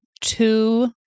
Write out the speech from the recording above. two